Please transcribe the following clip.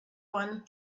one